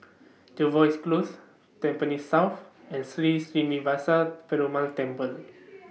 Jervois Close Tampines South and Sri Srinivasa Perumal Temple